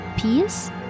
Peace